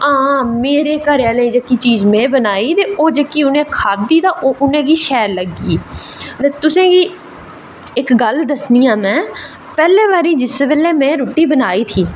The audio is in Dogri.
आं मेरे घरें आह्लें गी जेह्की चीज़ में बनाई ते ओह् उ'नें खाद्धी ना ते ओह् शैल लग्गी ते तुसेंगी इक्क गल्ल दस्सनी आं में पैह्ले बारी में रुट्टी बनाई ही